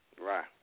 Right